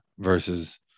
Versus